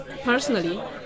personally